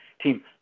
team